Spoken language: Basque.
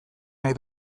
nahi